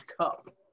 Cup